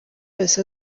yose